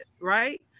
right